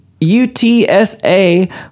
UTSA